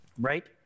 right